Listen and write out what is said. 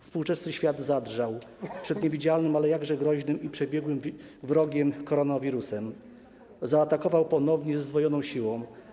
Współczesny świat zadrżał przed niewidzialnym, ale jakże groźnym i przebiegłym wrogiem, koronawirusem, który zaatakował ponownie ze zdwojoną siłą.